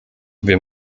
wir